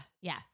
Yes